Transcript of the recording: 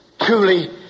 Truly